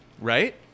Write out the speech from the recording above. right